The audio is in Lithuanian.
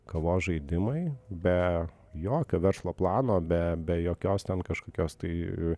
kavos žaidimai be jokio verslo plano be be jokios ten kažkokios tai